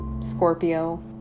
Scorpio